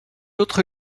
autre